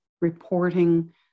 reporting